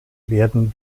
werden